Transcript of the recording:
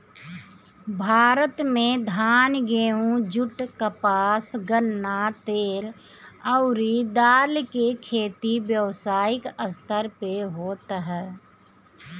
भारत में धान, गेंहू, जुट, कपास, गन्ना, तेल अउरी दाल के खेती व्यावसायिक स्तर पे होत ह